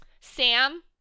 Sam